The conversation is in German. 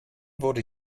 wurde